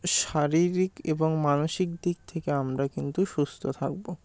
শারীরিক এবং মানসিক দিক থেকে আমরা কিন্তু সুস্থ থাকব